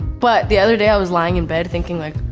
but the other day i was lying in bed thinking like,